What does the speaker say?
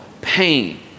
pain